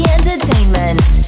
Entertainment